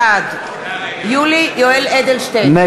בעד יולי יואל אדלשטיין,